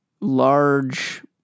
large